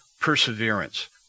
perseverance